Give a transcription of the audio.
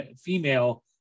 female